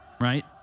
right